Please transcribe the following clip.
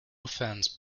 offense